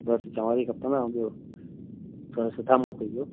बसि चांवर ई खपे ऐं ॿियों थोरा सुठा मोकिलिजो